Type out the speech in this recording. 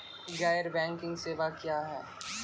गैर बैंकिंग सेवा क्या हैं?